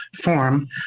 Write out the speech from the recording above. form